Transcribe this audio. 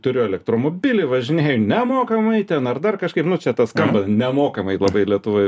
turiu elektromobilį važinėju nemokamai ten ar dar kažkaip nu čia tas skamba nemokamai labai lietuvoj